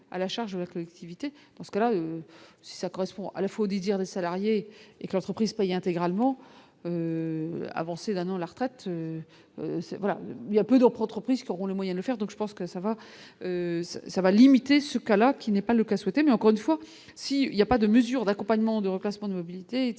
à la charge de la collectivité, dans ce cas-là, ça correspond à la fois aux désirs des salariés et que l'entreprise paye intégralement avancer d'un an la retraite il y a peu d'pour entreprises qui auront les moyens de le faire, donc je pense que ça va, ça va limiter ce cas-là, qui n'est pas le cas, souhaité, mais encore une fois, si il y a pas de mesures d'accompagnement de reclassements de mobilité, etc,